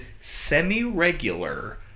semi-regular